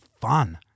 fun